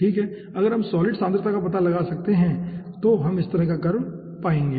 ठीक है अगर हम सॉलिड सांद्रता का पता लगाते हैं तो हम इस तरह एक कर्व पाएंगे